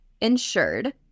insured